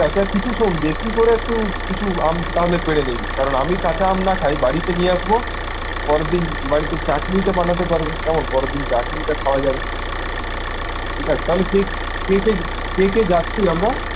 কিছু শোন বেশি করে একটু কিছু আম তাহলে পেড়ে নিবি কারন আমি কাঁচা আম না খাই বাড়িতে নিয়ে আসবো পরের দিন বাড়িতে চাটনিটা বানাতে পারবো কেমন পরের দিন চাটনিটা খাওয়া যাবে ঠিক আছে তাহলে কে কে কে কে কে যাচ্ছি আমরা